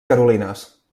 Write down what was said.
carolines